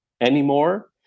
anymore